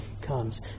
comes